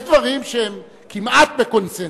יש דברים שהם כמעט בקונסנזוס.